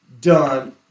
done